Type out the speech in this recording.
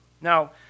Now